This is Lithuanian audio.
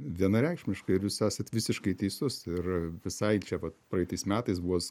vienareikšmiškai ir jūs esat visiškai teisus ir visai čia vat praeitais metais buvęs